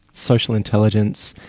social intelligence,